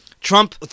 Trump